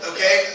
Okay